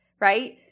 right